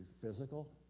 physical